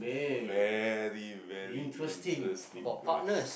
~very very interesting ques~